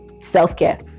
self-care